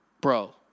bro